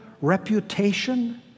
reputation